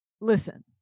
listen